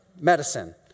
medicine